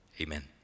amen